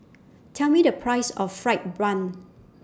Tell Me The Price of Fried Bun